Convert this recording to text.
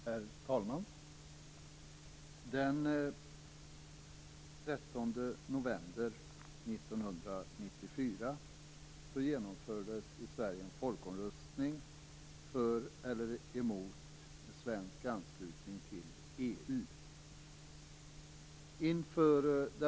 Herr talman! Den 13 november 1994 genomfördes i Sverige en folkomröstning för eller emot en svensk anslutning till EU.